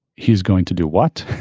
he's going to do what?